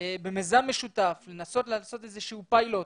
במיזם משותף לנסות לעשות איזה שהוא פיילוט